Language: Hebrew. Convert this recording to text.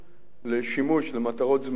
לשימוש למטרות זמניות